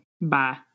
Bye